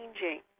changing